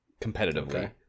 competitively